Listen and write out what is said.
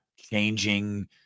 changing